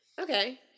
Okay